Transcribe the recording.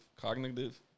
cognitive